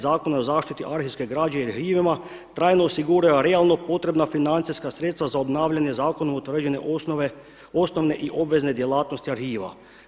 Zakona o zaštiti arhivske građe i arhivima trajno osiguraju realno potrebna financijska sredstva za obnavljanje zakonom utvrđene osnovne i obvezne djelatnosti arhiva.